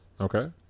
Okay